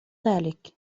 ذلك